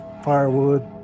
Firewood